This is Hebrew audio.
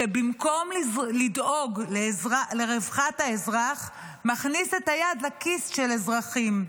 במקום לדאוג לרווחת האזרח מכניס את היד לכיס של אזרחים.